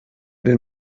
den